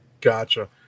Gotcha